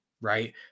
right